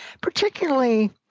particularly